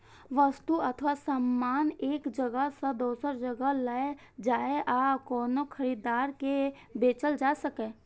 वस्तु अथवा सामान एक जगह सं दोसर जगह लए जाए आ कोनो खरीदार के बेचल जा सकै